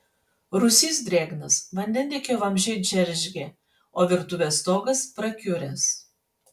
rūsys drėgnas vandentiekio vamzdžiai džeržgia o virtuvės stogas prakiuręs